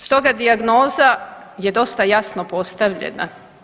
Stoga dijagnoza je dosta jasno postavljena.